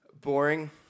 Boring